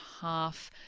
half